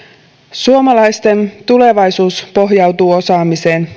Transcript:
suomalaisten tulevaisuus pohjautuu osaamiseen